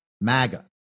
MAGA